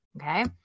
Okay